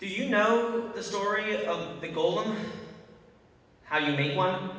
do you know the story of the golem how you meet one